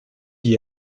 d’y